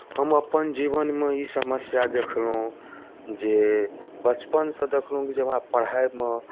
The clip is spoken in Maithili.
हम अपन जीवनमे ई समस्या देखलहुँ जे बचपनसँ देखलहुँ कि जे हमरा पढ़ाइमे